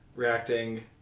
Reacting